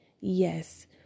Yes